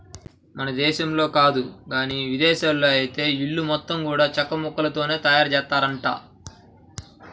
మన దేశంలో కాదు గానీ ఇదేశాల్లో ఐతే ఇల్లు మొత్తం గూడా చెక్కముక్కలతోనే తయారుజేత్తారంట